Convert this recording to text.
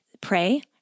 Pray